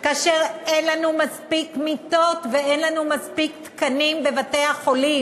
כאשר אין לנו מספיק מיטות ואין לנו מספיק תקנים בבתי-החולים,